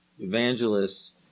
evangelists